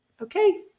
Okay